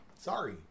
Sorry